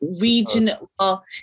regional